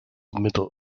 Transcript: middle